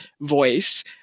voice